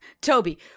Toby